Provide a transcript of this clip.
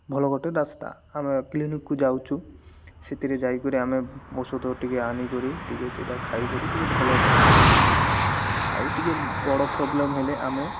ଭଲ ଗୋଟେ ରାସ୍ତା ଆମେ କ୍ଲିନିକ୍କୁ ଯାଉଛୁ ସେଥିରେ ଯାଇକରି ଆମେ ଔଷଧ ଟିକେ ଆଣିକରି ଟିକେ ସେଇଟା ଖାଇକରି ଟିକେ ଭଲ ହେଉଛୁ ଆଉ ଟିକେ ବଡ଼ ପ୍ରୋବ୍ଲେମ୍ ହେଲେ ଆମେ